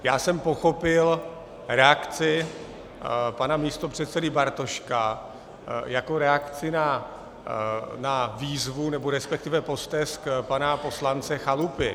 Já jsem pochopil reakci pana místopředsedy Bartoška jako reakci na výzvu, resp. postesk pana poslance Chalupy.